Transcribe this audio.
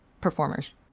performers